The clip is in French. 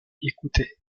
écoutait